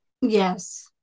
Yes